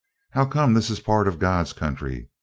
how come this is part of god's country?